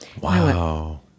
Wow